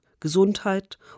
Gesundheit